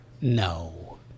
No